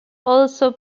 also